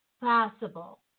possible